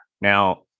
Now